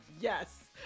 yes